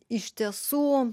iš tiesų